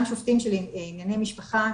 גם שופטים של ענייני משפחה,